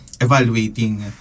evaluating